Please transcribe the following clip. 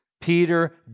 Peter